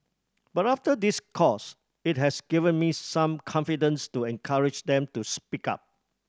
but after this course it has given me some confidence to encourage them to speak up